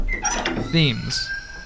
Themes